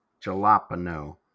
Jalapeno